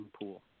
pool